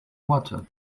water